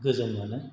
गोजोन मोनो